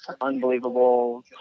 unbelievable